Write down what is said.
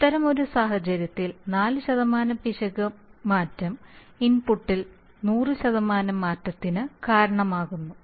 അത്തരമൊരു സാഹചര്യത്തിൽ 4 പിശക് മാറ്റം ഇൻപുട്ടിൽ 100 മാറ്റത്തിന് കാരണമാകുന്നു